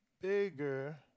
Bigger